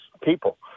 people